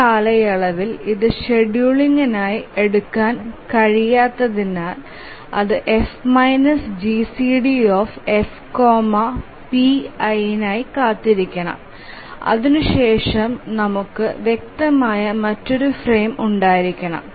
ഈ കാലയളവിൽ ഇത് ഷെഡ്യൂളിംഗിനായി എടുക്കാൻ കഴിയാത്തതിനാൽ അത് F GCD F pi നായി കാത്തിരിക്കണം അതിനുശേഷം നമുക്ക് വ്യക്തമായ മറ്റൊരു ഫ്രെയിം ഉണ്ടായിരിക്കണം